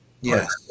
Yes